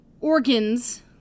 organs